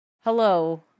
Hello